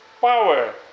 power